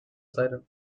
siren